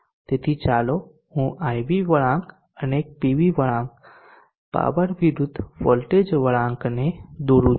તેથી ચાલો હું IV વળાંક અને એક પીવી વળાંક પાવર વિરુદ્ધ વોલ્ટેજ વળાંક ને દોરું છું